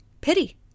Pity